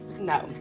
no